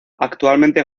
actualmente